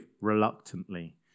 reluctantly